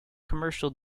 commercial